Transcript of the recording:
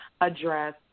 address